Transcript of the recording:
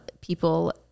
people